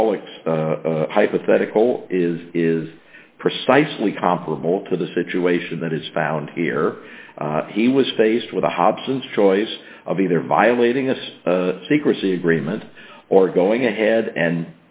wallach's hypothetical is is precisely comparable to the situation that is found here he was faced with a hobson's choice of either violating this secrecy agreement or going ahead and